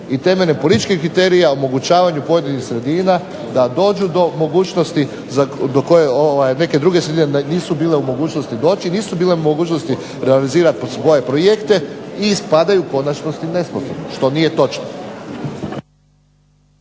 i temeljem političkih kriterija omogućavanju pojedinih sredina da dođu do mogućnosti do koje neke druge sredine nisu bile u mogućnosti doći, nisu bile u mogućnosti realizirati svoje projekte, i ispadaju u konačnosti nesposobne, što nije točno.